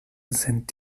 sind